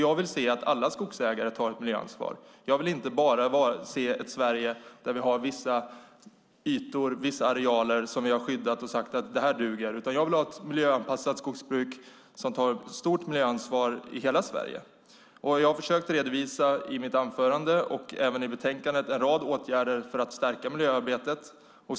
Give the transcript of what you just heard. Jag vill se att alla skogsägare tar ett miljöansvar. Jag vill inte bara se ett Sverige där vi har vissa arealer som vi har skyddat, utan jag vill ha ett miljöanpassat skogsbruk som tar ett stort miljöansvar i hela Sverige. I mitt anförande har jag försökt redovisa, och det finns även i betänkandet, en rad åtgärder för att stärka miljöarbetet.